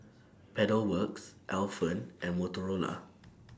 Pedal Works Alpen and Motorola